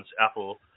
Apple